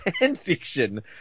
fanfiction